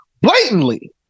blatantly